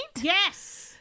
yes